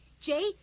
Jay